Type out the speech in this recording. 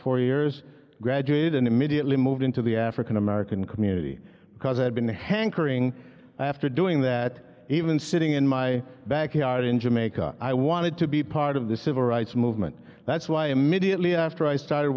four years graduated and immediately moved into the african american community because i had been hankering after doing that even sitting in my backyard in jamaica i wanted to be part of the civil rights movement that's why immediately after i started